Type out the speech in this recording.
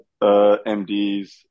MDs